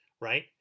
right